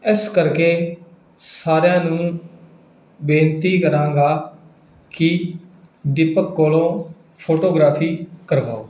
ਇਸ ਕਰਕੇ ਸਾਰਿਆਂ ਨੂੰ ਬੇਨਤੀ ਕਰਾਂਗਾ ਕਿ ਦੀਪਕ ਕੋਲੋਂ ਫੋਟੋਗ੍ਰਾਫੀ ਕਰਵਾਓ